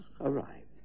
arrived